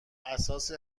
اساس